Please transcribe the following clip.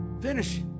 finish